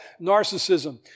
narcissism